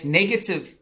negative